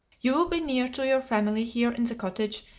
you will be near to your family here in the cottage,